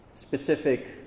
Specific